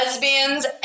lesbians